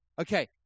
Okay